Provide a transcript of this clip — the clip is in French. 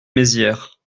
mézières